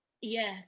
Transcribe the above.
Yes